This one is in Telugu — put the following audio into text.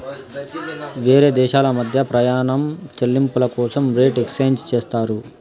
వేరే దేశాల మధ్య ప్రయాణం చెల్లింపుల కోసం రేట్ ఎక్స్చేంజ్ చేస్తారు